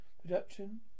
Production